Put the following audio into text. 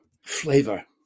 flavor